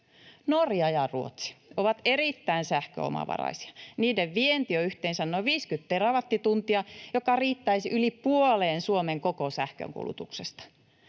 Norja ja Ruotsi ovat erittäin sähköomavaraisia. Niiden vienti on yhteensä noin 50 terawattituntia, mikä riittäisi yli puoleen Suomen koko sähkönkulutuksesta.